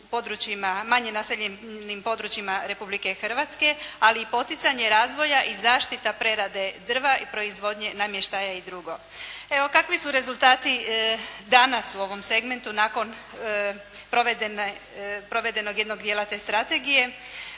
manje naseljenim područjima Republike Hrvatske, ali i poticanje razvoja i zaštita prerade drva i proizvodnje namještaja i dr. Evo kakvi su rezultati danas u ovom segmentu nakon provedenog jednog dijela te strategije?